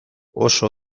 oso